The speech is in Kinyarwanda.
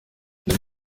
nari